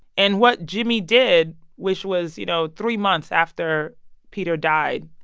and what jimmy did, which was, you know, three months after peter died.